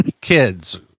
kids